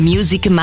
Music